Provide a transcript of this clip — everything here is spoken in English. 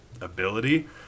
ability